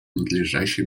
надлежащей